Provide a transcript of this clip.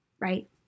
Right